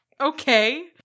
Okay